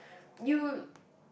you